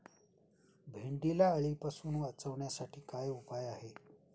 भेंडीला अळीपासून वाचवण्यासाठी काय उपाय आहे?